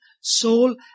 soul